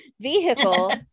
vehicle